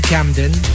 Camden